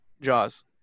Jaws